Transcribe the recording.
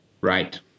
Right